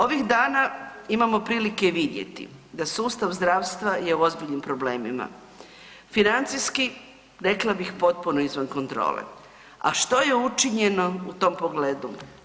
Ovih dana imamo prilike vidjeti da sustav zdravstva je u ozbiljnim problemima, financijski rekla bih potpuno izvan kontrole, a što je učinjeno u tom pogledu?